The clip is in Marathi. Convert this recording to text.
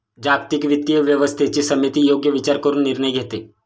जागतिक वित्तीय व्यवस्थेची समिती योग्य विचार करून निर्णय घेते